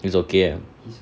he's okay ah